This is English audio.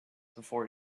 before